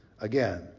Again